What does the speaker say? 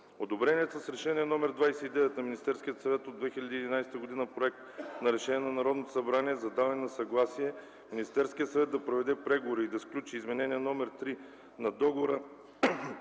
Одобреният с Решение № 29 на Министерския съвет от 2011 г. проект на Решение на Народното събрание за даване на съгласие Министерският съвет да проведе преговори и да сключи Изменение № 3 на Договора